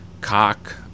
cock